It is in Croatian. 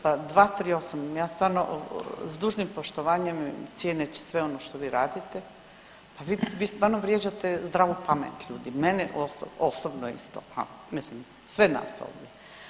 Pa 238., ja stvarno s dužnim poštovanjem cijeneći sve ono što vi radite, vi stvarno vrijeđate zdravu pamet i mene osobno isto, ha mislim sve nas ovdje.